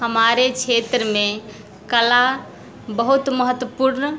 हमारे क्षेत्र में कला बहुत महत्वपूर्ण